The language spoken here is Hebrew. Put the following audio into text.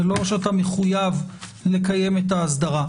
זה לא שאתה מחויב לקיים את האסדרה.